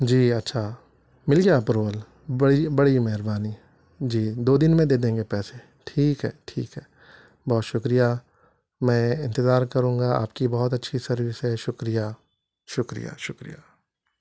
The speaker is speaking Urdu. جی اچھا مل گیا اپروول بڑی بڑی مہربانی جی دو دن میں دے دیں گے پیسے ٹھیک ہے ٹھیک ہے بہت شکریہ میں انتظار کروں گا آپ کی بہت اچھی سروس ہے شکریہ شکریہ شکریہ